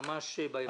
ממש בימים הקרובים.